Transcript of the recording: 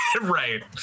Right